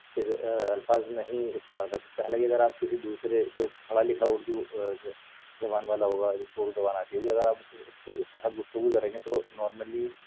کے الفاظ نہیں استعمال کر سکتے حالانکہ اگر آپ کسی دوسرے جو پڑھا لکھا اُردو زبان والا ہوگا جس کو اُردو زبان آتی ہوگی اگر آپ اُس اُس کے اُس کے ساتھ گفتگو کریں گے تو نارملی